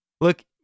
Look